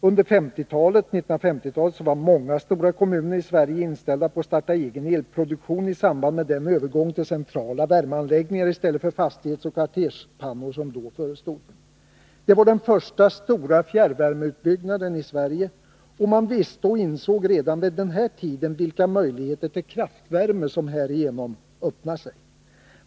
Under 1950-talet var många stora kommuner i Sverige inställda på att starta egen elproduktion i samband med den övergång till centrala värmeanläggningar i stället för fastighetseller kvarterspannor som då förestod. Det var den första stora fjärrvärmeutbyggnaden i Sverige, och man insåg redan vid den här tiden vilka möjligheter till kraftvärme som härigenom öppnade sig.